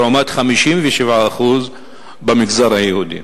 לעומת 57% במגזר היהודי.